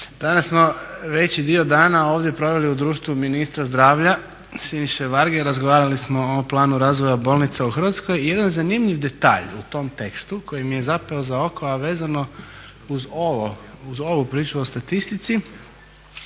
Danas smo veći dio dana ovdje proveli u društvu ministra zdravlja Siniše Varge i razgovarali smo o planu razvoja bolnica u Hrvatskoj i jedan zanimljiv detalj u tom tekstu koji mi je zapeo za oko a vezano uz ovu priču o statistici